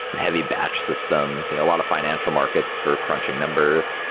heavy batch systems, a lot of financial markets for crunching numbers.